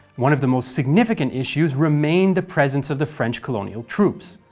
one of the most significant issues remained the presence of the french colonial troops.